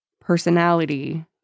personality